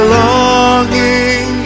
longing